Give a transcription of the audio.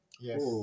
Yes